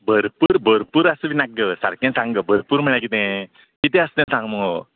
भरपूर भरपूकर आसा त्यो नाक गो सारकें सांग गो भरपूर म्हळ्यार कितें कितें आसा तें सांग मुगो